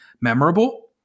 memorable